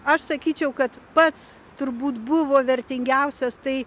aš sakyčiau kad pats turbūt buvo vertingiausias tai